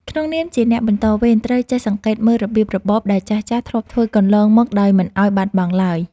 ក្នុងនាមជាអ្នកបន្តវេនត្រូវចេះសង្កេតមើលរបៀបរបបដែលចាស់ៗធ្លាប់ធ្វើកន្លងមកដោយមិនឱ្យបាត់បងឡើយ។